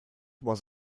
was